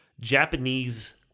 Japanese